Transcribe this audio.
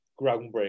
groundbreaking